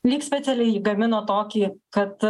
lyg specialiai jį gamino tokį kad